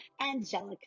angelica